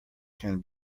can